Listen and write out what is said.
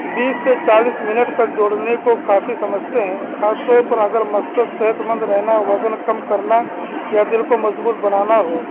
بیس سے چالیس منٹ تک دوڑنے کو کافی سمجھتے ہیں خاص طور پر اگر مقصد صحت مند رہنا وزن کم کرنا یا دل کو مضبوط بنانا ہو